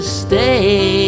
stay